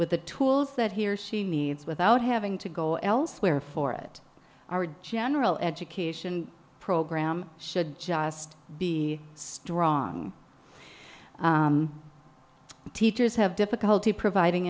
with the tools that he or she needs without having to go elsewhere for it our general education program should just be strong teachers have difficulty providing